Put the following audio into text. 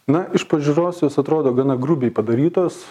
na iš pažiūros jos atrodo gana grubiai padarytos